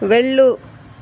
వెళ్ళు